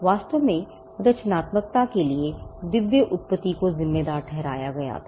वास्तव में रचनात्मकता के लिए दिव्य उत्पत्ति को जिम्मेदार ठहराया गया था